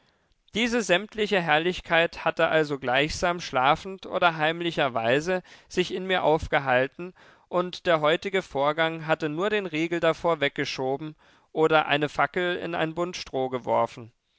diese sämtliche herrlichkeit hatte also gleichsam schlafend oder heimlicherweise sich in mir aufgehalten und der heutige vorgang hatte nur den riegel davor weggeschoben oder eine fackel in ein bund stroh geworfen